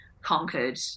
conquered